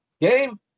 Game